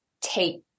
take